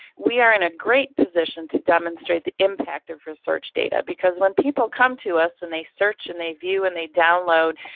we are in a great position to demonstrate the impact of research data. because when people come to us and they search, and they view, and they download,